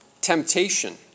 temptation